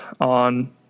on